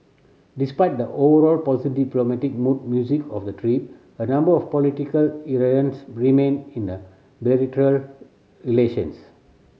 despite the overall positive diplomatic mood music of the trip a number of political irritants remain in the bilateral relations